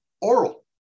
oral